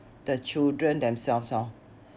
the children themselves orh